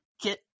Get